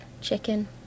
Chicken